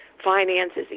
finances